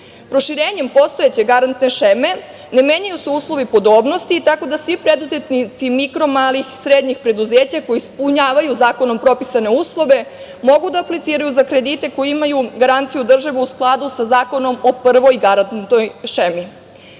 Proširenjem postojeće garantne šeme ne menjaju se uslovi podobnosti, tako da svi preduzetnici mikro, malih, srednjih preduzeća koji ispunjavaju zakonom propisane uslove mogu da apliciraju za kredite koji imaju garanciju države, u skladu sa Zakonom o prvoj garantnoj šemi. Uz